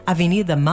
Avenida